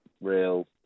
real